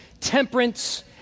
temperance